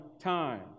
time